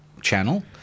Channel